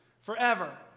forever